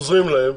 עוזרים להם,